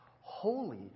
holy